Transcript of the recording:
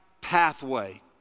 pathway